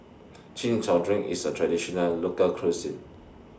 Chin Chow Drink IS A Traditional Local Cuisine